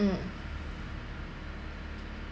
mm